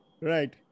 Right